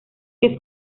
que